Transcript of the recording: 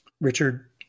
Richard